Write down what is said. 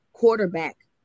quarterback